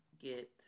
get